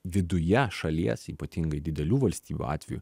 viduje šalies ypatingai didelių valstybių atveju